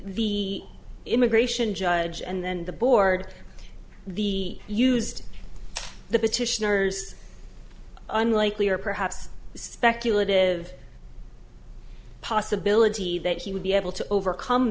the immigration judge and then the board the used the petitioners unlikely or perhaps speculative possibility that he would be able to overcome